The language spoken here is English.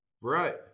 Right